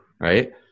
Right